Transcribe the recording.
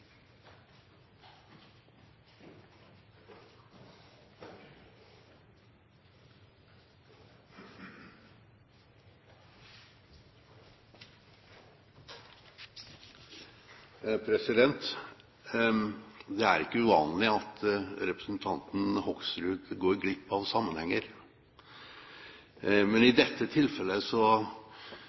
være varsler. Det er ikke uvanlig at representanten Hoksrud går glipp av sammenhenger. Men i dette tilfellet